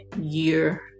year